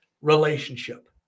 relationship